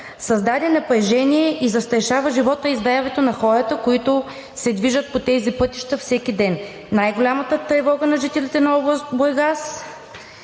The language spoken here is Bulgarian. създаде напрежение и застрашава живота и здравето на хората, които се движат по тези пътища всеки ден. Най-голямата тревога на жителите на област Бургас